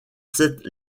sept